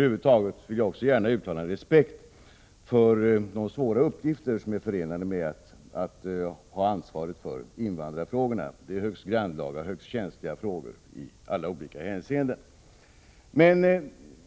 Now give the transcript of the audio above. Jag vill också gärna uttala en respekt för de svåra uppgifter som är förenade med att ha ansvaret för invandrarfrågorna — det är högst grannlaga och känsliga frågor i alla avseenden.